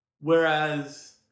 Whereas